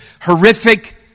horrific